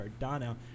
cardano